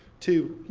to, you